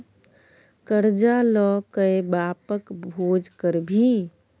करजा ल कए बापक भोज करभी?